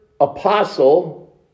apostle